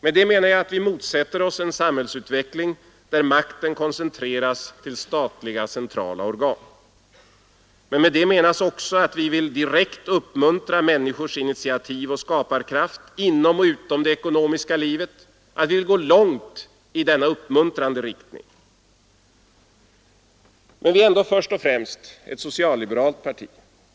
Med det menar jag att vi motsätter oss en samhällsutveckling där makten koncentreras till centrala statliga organ. Med det menas också att vi vill direkt uppmuntra människors initiativ och skaparkraft, inom och utom det ekonomiska livet — att vi vill gå långt i denna uppmuntrande riktning. Men folkpartiet är ändå först och främst ett socialliberalt parti.